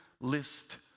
list